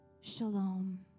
Shalom